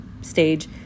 stage